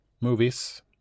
movies